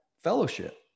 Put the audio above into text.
fellowship